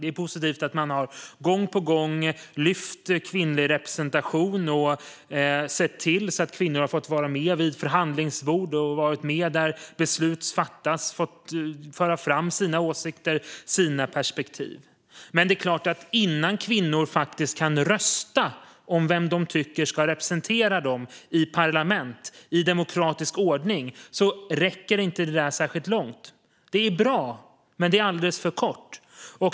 Det är positivt att man gång på gång har lyft kvinnlig representation och sett till att kvinnor har fått vara med vid förhandlingsbord och varit med där beslut fattas och fått föra fram sina åsikter och perspektiv. Men det är klart att innan kvinnor faktiskt kan rösta om vem de tycker ska representera dem i parlament i demokratisk ordning räcker det inte särskilt långt. Det är bra, men det är alldeles för kort.